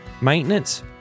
maintenance